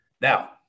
Now